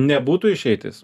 nebūtų išeitis